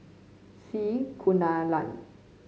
C Kunalan